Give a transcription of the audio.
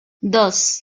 dos